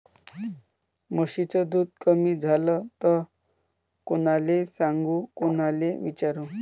म्हशीचं दूध कमी झालं त कोनाले सांगू कोनाले विचारू?